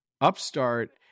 upstart